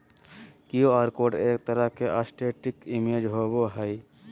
Q R code एक तरह के स्टेटिक इमेज होबो हइ